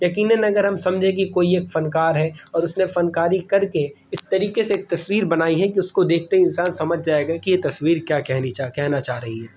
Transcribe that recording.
یقیناً اگر ہم سمجھیں کہ کوئی ایک فنکار ہے اور اس نے فنکاری کر کے اس طریقے سے ایک تصویر بنائی ہے کہ اس کو دیکھتے ہی انسان سمجھ جائے گا کہ یہ تصویر کیا کہنی چاہ کہنا چاہ رہی ہے